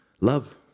love